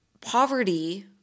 poverty